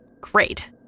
Great